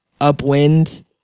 upwind